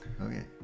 okay